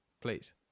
Please